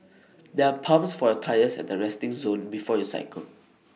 there are pumps for your tyres at the resting zone before you cycle